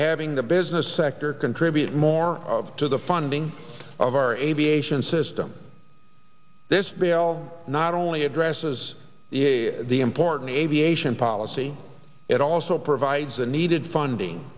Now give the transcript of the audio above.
having the business sector contribute more to the funding of our aviation system this bill not only addresses the important aviation policy it also provides the needed funding